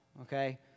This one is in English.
okay